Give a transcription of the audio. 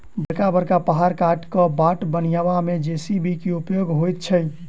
बड़का बड़का पहाड़ काटि क बाट बनयबा मे जे.सी.बी के उपयोग होइत छै